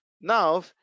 now